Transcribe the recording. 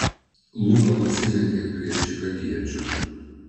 luka pasilenkė prie čikagiečio